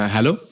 Hello